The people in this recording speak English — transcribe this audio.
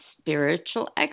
spiritual